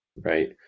right